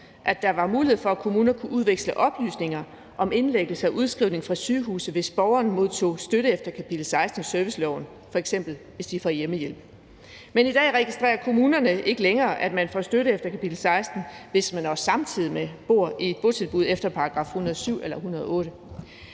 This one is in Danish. at der var mulighed for, at kommuner kunne udveksle oplysninger om indlæggelse og udskrivning fra sygehuse, hvis borgeren modtog støtte efter kapitel 16 i serviceloven, f.eks. hvis de fik hjemmehjælp. Men i dag registrerer kommunerne ikke længere, at man får støtte efter kapitel 16, hvis man også samtidig bor i et botilbud efter § 107 eller § 108.